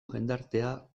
jendartea